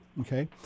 Okay